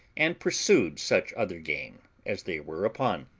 and pursued such other game as they were upon.